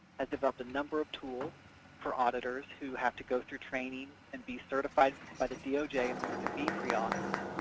has developed a number of tools for auditors who have to go through training and be certified by the doj in order to be prea auditors,